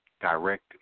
direct